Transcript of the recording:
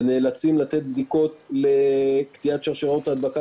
ונאלצים לתת בדיקות לקטיעת שרשראות ההדבקה